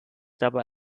dabei